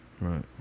Right